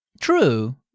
True